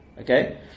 Okay